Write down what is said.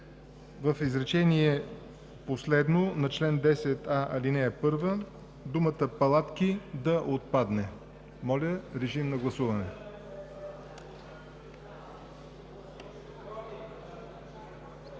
в изречение последно на чл. 10а, ал. 1 думата „палатки“ да отпадне. Моля, режим на гласуване.